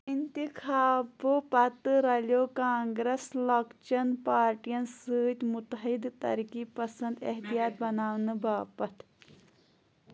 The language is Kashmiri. انتخابہٕ پتہٕ رلیوو کانٛگرٮ۪س لۄکچن پارٹِین سۭتہِ متٔحِدٕ ترقی پسنٛد اتحاد بناونہٕ باپتھ